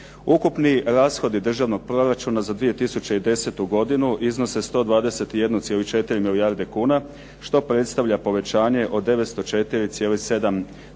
Ukupni rashodi Državnog proračuna za 2010. godinu iznose 121,4 milijarde kune što predstavlja povećanje od 904,7 milijuna